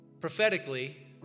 prophetically